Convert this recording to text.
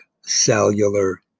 cellular